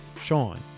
Sean